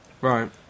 Right